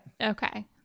Okay